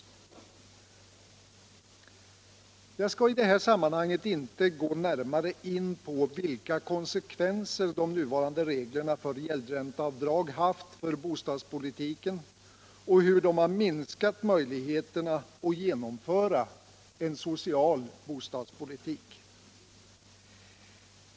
Jag skall i detta sammanhang inte gå närmare in på vilka konsekvenser de nuvarande reglerna för gäldränteavdrag haft för bostadspolitiken och hur de minskat möjligheterna att genomföra en social bostadspolitik.